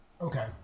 Okay